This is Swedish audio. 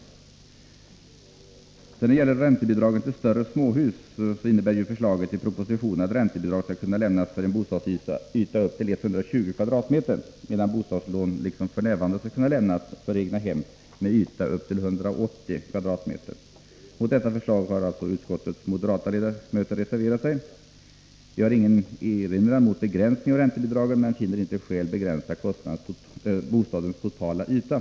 När det sedan gäller räntebidragen till större småhus innebär förslaget i propositionen att räntebidrag skall kunna lämnas för en bostadsyta upp till 120 m?, medan bostadslån, liksom f. n., skall kunna lämnas för egnahem med yta upp till 180 m?. Mot detta förslag har utskottets moderata ledamöter reserverat sig. De har ingen erinran mot begränsning av räntebidragen men finner inte skäl att begränsa bostadens totala yta.